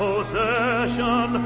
possession